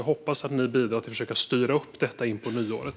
Jag hoppas att ni bidrar till att försöka styra upp detta inpå nyåret.